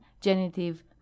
genitive